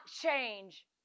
change